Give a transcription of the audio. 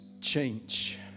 change